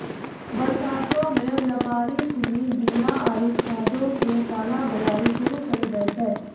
बरसातो मे व्यापारि सिनी बीया आरु खादो के काला बजारी शुरू करि दै छै